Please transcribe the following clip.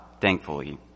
thankfully